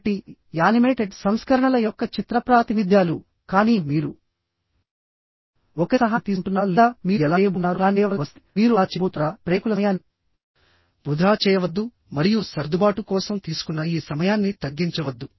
కాబట్టి యానిమేటెడ్ సంస్కరణల యొక్క చిత్ర ప్రాతినిధ్యాలు కానీ మీరు ఒకరి సహాయం తీసుకుంటున్నారా లేదా మీరు ఎలా చేయబోతున్నారో ప్లాన్ చేయవలసి వస్తే మీరు అలా చేయబోతున్నారా ప్రేక్షకుల సమయాన్ని ధా చేయవద్దు మరియు సర్దుబాటు కోసం తీసుకున్న ఈ సమయాన్ని తగ్గించవద్దు